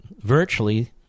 virtually